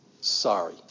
Sorry